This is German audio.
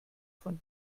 von